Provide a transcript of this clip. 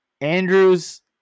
Andrew's